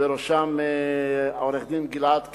ובראשם עורך-דין גלעד קרן,